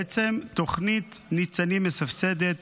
בעצם תוכנית ניצנים מסבסדת